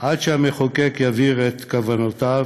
עד שהמחוקק יבהיר את כוונותיו,